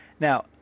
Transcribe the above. Now